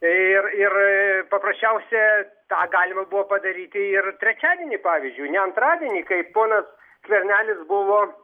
ir ir paprasčiausia tą galima buvo padaryti ir trečiadienį pavyzdžiui ne antradienį kai ponas skvernelis buvo